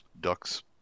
ducks